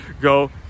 go